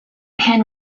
pan